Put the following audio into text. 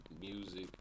music